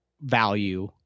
value